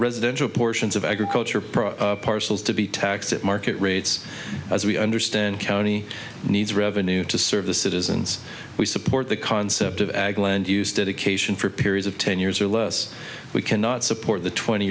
residential portions of agriculture pro parcels to be taxed at market rates as we understand county needs revenue to serve the citizens we support the concept of ag land use dedication for periods of ten years or less we cannot support the twenty